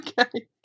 Okay